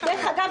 דרך אגב,